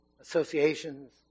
associations